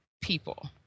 people